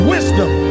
Wisdom